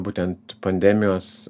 būtent pandemijos